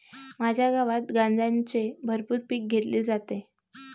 माझ्या गावात गांजाचे भरपूर पीक घेतले जाते